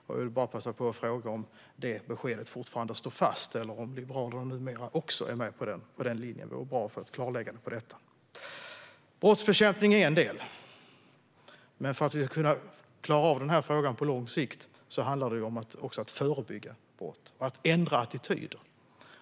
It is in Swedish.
Då vill jag bara passa på att fråga om detta besked fortfarande står fast, eller om Liberalerna numera också står bakom denna linje. Det vore bra att få ett klarläggande om detta. Brottsbekämpning är en del i detta. Men om vi ska kunna klara av denna fråga på lång sikt, handlar det också om att förebygga brott och om att ändra attityder.